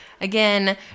again